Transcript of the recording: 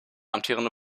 amtierende